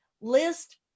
list